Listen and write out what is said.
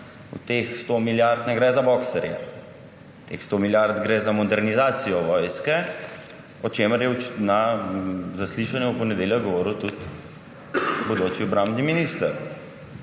teh 100 milijard ne gre za boxerje, teh 100 milijard gre za modernizacijo vojske, o čemer je na zaslišanju v ponedeljek govoril tudi bodoči obrambni minister.